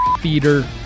feeder